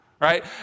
right